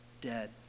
dead